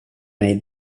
mig